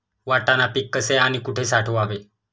वाटाणा पीक कसे आणि कुठे साठवावे?